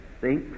See